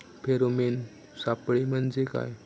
Pheromone सापळे म्हंजे काय?